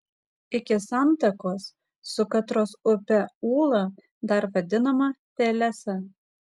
iki santakos su katros upe ūla dar vadinama pelesa